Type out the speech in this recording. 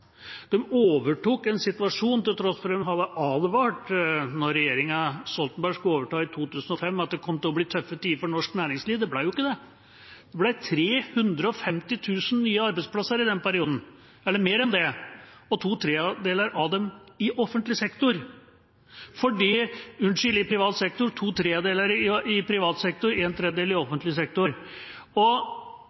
overtok en sånn situasjon – til tross for at en hadde advart om at det kom til å bli tøffe tider for norsk næringsliv, da regjeringa Stoltenberg overtok i 2005. Det ble jo ikke det. Det ble 350 000 nye arbeidsplasser eller mer enn det i den perioden, to tredjedeler av disse i privat sektor og en tredjedel i offentlig sektor.